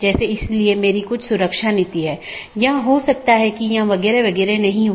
जबकि जो स्थानीय ट्रैफिक नहीं है पारगमन ट्रैफिक है